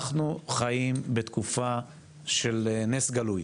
אנחנו חיים בתקופה של נס גלוי.